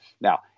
Now